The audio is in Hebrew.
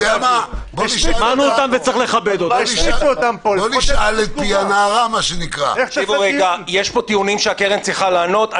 יש פה טיעונים שהקרן צריכה לענות עליהם,